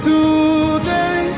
Today